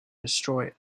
destroy